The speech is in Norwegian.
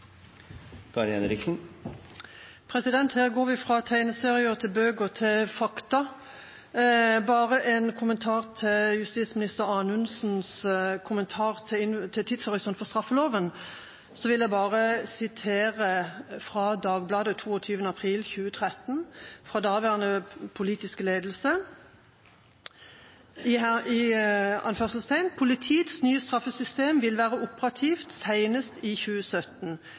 Her går vi fra tegneserier til bøker til fakta. Som en kommentar til justisminister Anundsens kommentar til tidshorisont for straffeloven vil jeg bare sitere fra Dagbladet 22. april 2013, fra daværende politisk ledelse: «Politiets nye straffesakssystem vil være operativt seinest i 2017.